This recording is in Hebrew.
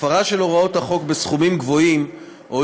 הפרה של הוראות החוק בסכומים גבוהים או